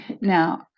Now